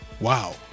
Wow